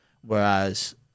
Whereas